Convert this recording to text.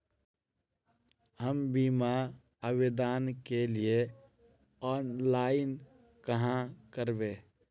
हम बीमा आवेदान के लिए ऑनलाइन कहाँ करबे?